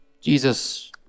Jesus